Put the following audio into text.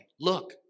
look